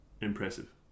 impressive